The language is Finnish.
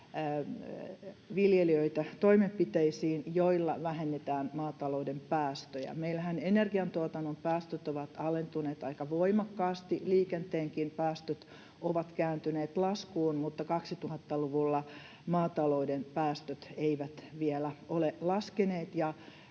viljelijöitä toimenpiteisiin, joilla vähennetään maatalouden päästöjä. Meillähän energiantuotannon päästöt ovat alentuneet aika voimakkaasti, liikenteenkin päästöt ovat kääntyneet laskuun, mutta 2000-luvulla maatalouden päästöt eivät vielä ole laskeneet,